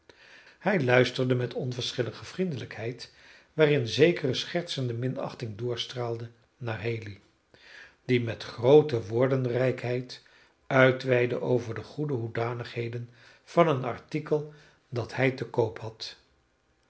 hij luisterde met onverschillige vriendelijkheid waarin zekere schertsende minachting doorstraalde naar haley die met groote woordenrijkheid uitweidde over de goede hoedanigheden van een artikel dat hij te koop had